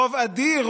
רוב אדיר,